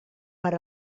per